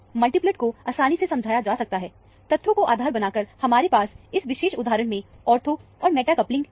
multiplet को आसानी से समझाया जा सकता है तथ्यों को आधार बनाकर हमारे पास इस विशेष उदाहरण में ऑर्थो और मेटा कपलिंग है